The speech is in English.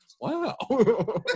Wow